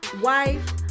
wife